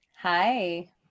Hi